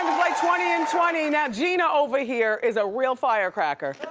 play twenty in twenty. now gina over here is a real firecracker.